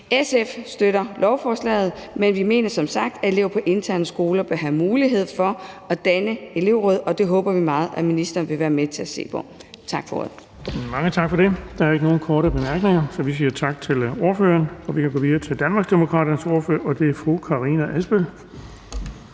SF støtter lovforslaget, men vi mener som sagt, at elever på interne skoler bør have mulighed for at danne elevråd, og det håber vi meget at ministeren vil være med til at se på. Tak for ordet. Kl. 11:12 Den fg. formand (Erling Bonnesen): Der er ikke nogen korte bemærkninger, så vi siger tak til ordføreren. Vi kan gå videre til Danmarksdemokraternes ordfører, og det er fru Karina Adsbøl.